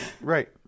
Right